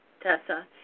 Tessa